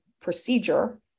procedure